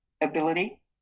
ability